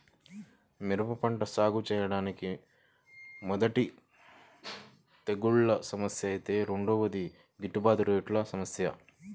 మిరప పంట సాగుచేయడానికి మొదటిది తెగుల్ల సమస్య ఐతే రెండోది గిట్టుబాటు రేట్ల సమస్య